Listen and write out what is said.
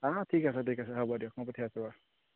অঁ ঠিক আছে ঠিক আছে হ'ব দিয়ক মই পঠিয়াইছোঁ বাৰু